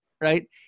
right